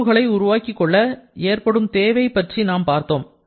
தொடர்புகளை உருவாக்கிக் கொள்ள ஏற்படும் தேவை பற்றி நாம் பார்த்தோம்